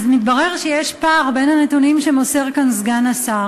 מתברר שיש פער בין הנתונים שמוסר כאן סגן השר